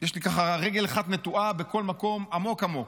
יש לי ככה רגל אחת נטועה בכל מקום עמוק עמוק.